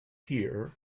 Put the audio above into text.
here